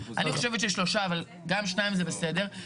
אני חושבת ששלושה, אבל גם שניים זה בסדר.